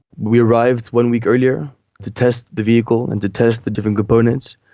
we arrived one week earlier to test the vehicle and to test the different components.